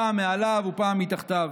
פעם מעליו ופעם מתחתיו.